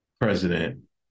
president